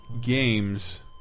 Games